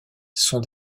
son